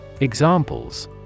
Examples